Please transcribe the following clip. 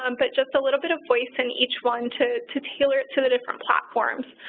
um but just a little bit of voice in each one to to tailor it to the different platforms.